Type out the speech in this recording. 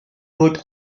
wrote